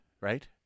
right